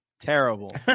Terrible